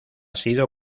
sido